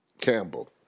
Campbell